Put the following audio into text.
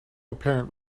apparent